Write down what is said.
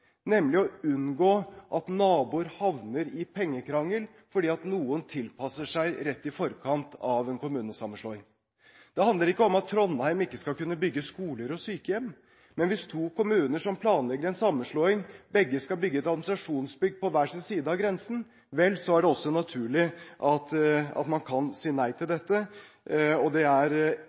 nemlig å unngå at naboer havner i pengekrangel fordi noen tilpasser seg rett i forkant av en kommunesammenslåing. Det handler ikke om at Trondheim ikke skal kunne bygge skoler og sykehjem, men hvis to kommuner som planlegger en sammenslåing, begge skal bygge et administrasjonsbygg på hver sin side av grensen, vel, så er det også naturlig at man kan si nei til dette. Det er